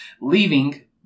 leaving